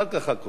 תודה רבה.